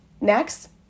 Next